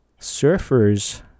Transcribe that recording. surfers